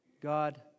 God